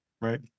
right